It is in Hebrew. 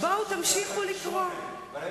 תראו,